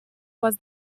was